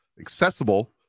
accessible